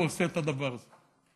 הוא עושה את הדבר הזה?